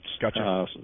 Gotcha